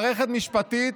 משפטית,